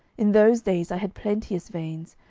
in those days i had plenteous veins,